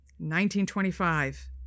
1925